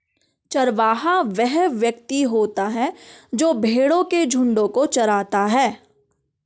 चरवाहा वह व्यक्ति होता है जो भेड़ों के झुंडों को चराता है